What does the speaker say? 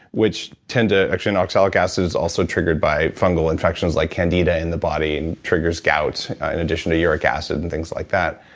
which tend to, actually oxalic acid is also triggered by fungal infections, like candida in the body, and triggers gout and additional uric acid, and things like that.